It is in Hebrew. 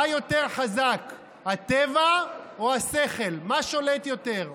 מה יותר חזק, הטבע או השכל, מה שולט יותר.